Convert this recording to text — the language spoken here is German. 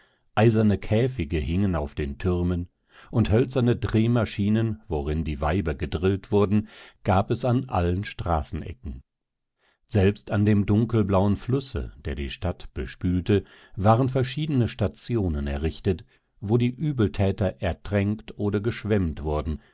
eiserne käfige hingen auf den türmen und hölzerne drehmaschinen worin die weiber gedrillt wurden gab es an allen straßenecken selbst an dem dunkelblauen flusse der die stadt bespülte waren verschiedene stationen errichtet wo die übeltäter ertränkt oder geschwemmt wurden